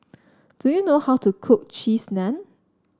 do you know how to cook Cheese Naan